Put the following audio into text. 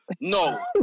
no